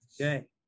Okay